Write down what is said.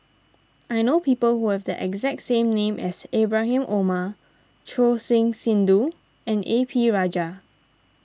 I know people who have the exact name as Ibrahim Omar Choor Singh Sidhu and A P Rajah